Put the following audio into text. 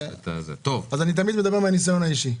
אני תמיד מדבר מניסיון אישי.